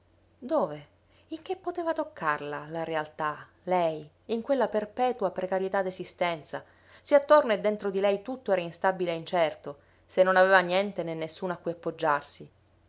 dove in che poteva toccarla la realtà lei in quella perpetua precarietà d'esistenza se attorno e dentro di lei tutto era instabile e incerto se non aveva niente né nessuno a cui appoggiarsi